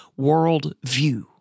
worldview